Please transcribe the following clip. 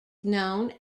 known